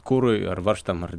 kurui ar varžtam ar